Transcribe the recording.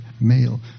male